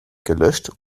gelöscht